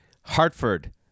Hartford